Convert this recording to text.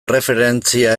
erreferentzia